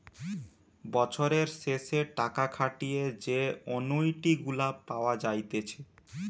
বছরের শেষে টাকা খাটিয়ে যে অনুইটি গুলা পাওয়া যাইতেছে